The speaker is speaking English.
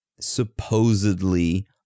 supposedly